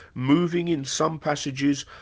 moving in some passages,